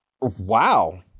Wow